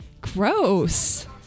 Gross